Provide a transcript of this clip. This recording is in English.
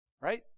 Right